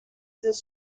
this